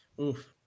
Oof